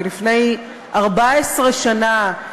מלפני 14 שנה,